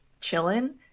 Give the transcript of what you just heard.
chilling